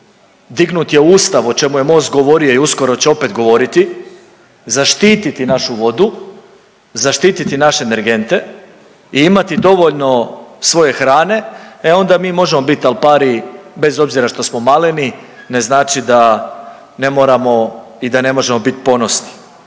dignut je ustav o čemu je MOST govorio i uskoro će opet govoriti, zaštiti našu vodu, zaštiti naše energente i imati dovoljno svoje hrane e onda mi možemo biti alpari bez obzira što smo maleni ne znači da ne moramo i da ne možemo biti ponosni.